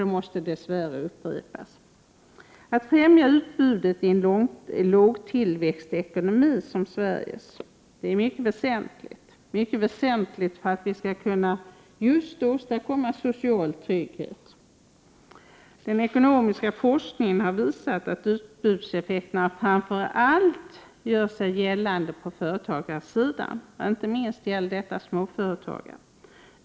Det måste dess värre upprepas. Att främja utbudet i en lågtillväxtekonomi som Sveriges är väsentligt, mycket väsentligt, för att vi skall kunna åstadkomma just social trygghet. Den ekonomiska forskningen har visat att utbudseffekterna framför allt gör sig gällande på företagarområdet, inte minst gäller detta småföretagare.